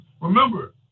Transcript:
remember